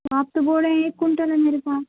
تو آپ تو بول رہے ہیں ایک کئنٹل ہے میرے پاس